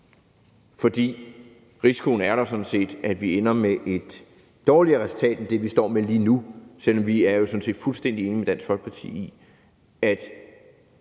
for der er sådan set den risiko, at vi ender med et dårligere resultat end det, vi står med lige nu, selv om vi sådan set er fuldstændig enige med Dansk Folkeparti i, at